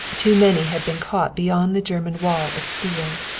too many had been caught beyond the german wall of steel.